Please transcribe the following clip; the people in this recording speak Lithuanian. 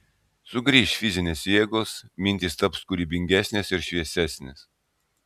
sugrįš fizinės jėgos mintys taps kūrybingesnės ir šviesesnės